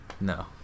No